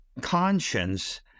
conscience